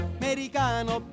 americano